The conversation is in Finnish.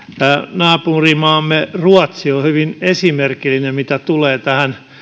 naapurimaamme ruotsi on hyvin esimerkillinen mitä tulee tähän